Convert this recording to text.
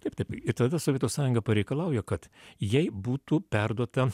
taip taip tada sovietų sąjunga pareikalauja kad jai būtų perduota